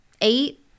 eight